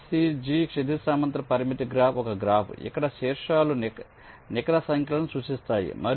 HCG క్షితిజ సమాంతర పరిమితి గ్రాఫ్ ఒక గ్రాఫ్ ఇక్కడ శీర్షాలు నికర సంఖ్యలను సూచిస్తాయి